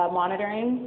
monitoring